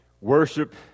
Worship